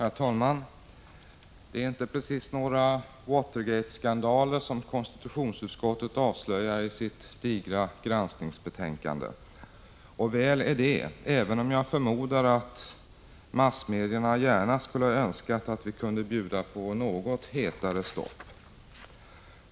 Herr talman! Det är inte precis några Watergateskandaler som konstitutionsutskottet avslöjar i sitt digra granskningsbetänkande. Och väl är det, även om jag förmodar att massmedia gärna skulle ha önskat att vi hade kunnat bjuda på något hetare stoff.